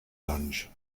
lange